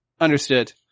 Understood